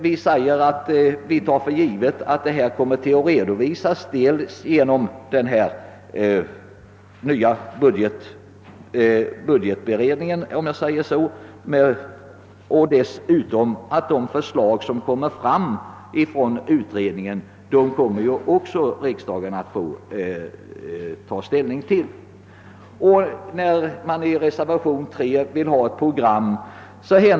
Vi uttalar att vi tar för givet dels att detta kommer att redovisas genom den nya budgetberedningen, dels att riksdagen kommer att få ta ställning till det förslag som utredningen kommer att framlägga.